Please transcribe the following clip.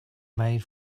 made